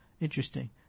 Interesting